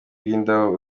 bw’indabo